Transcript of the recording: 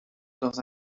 dans